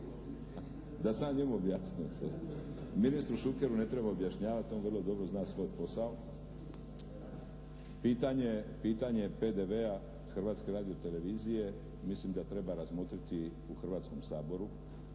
Da sam ja njemu objasnio to. Ministru Šukeru ne treba objašnjavati. On vrlo dobro zna svoj posao. Pitanje PDV-a Hrvatske radio-televizije mislim da treba razmotriti u Hrvatskom saboru,